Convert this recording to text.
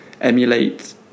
emulate